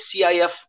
CIF